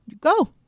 Go